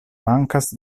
mankas